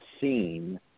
seen